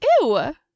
Ew